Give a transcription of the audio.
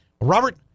Robert